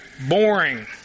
boring